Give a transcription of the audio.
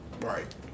Right